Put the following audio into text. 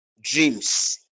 dreams